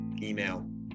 email